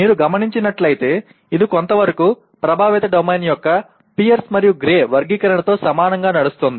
మీరు గమనించినట్లైతే ఇది కొంతవరకు ప్రభావిత డొమైన్ యొక్క పియర్స్ మరియు గ్రే వర్గీకరణతో సమానంగా నడుస్తుంది